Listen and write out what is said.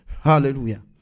hallelujah